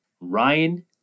Ryan